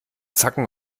zacken